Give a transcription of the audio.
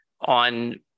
on